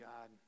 God